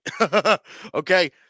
Okay